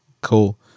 Cool